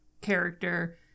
character